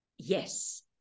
Yes